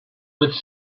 with